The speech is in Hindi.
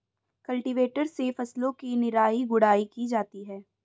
कल्टीवेटर से फसलों की निराई गुड़ाई की जाती है